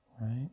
right